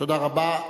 תודה רבה.